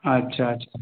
अच्छा